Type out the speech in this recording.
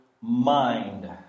mind